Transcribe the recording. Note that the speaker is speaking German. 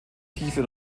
tiefe